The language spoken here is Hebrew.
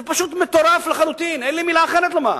זה פשוט מטורף לחלוטין, אין לי מלה אחרת לומר.